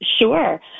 Sure